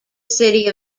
city